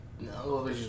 no